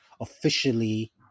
officially